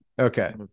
Okay